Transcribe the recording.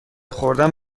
خوردن